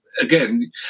again